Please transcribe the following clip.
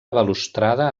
balustrada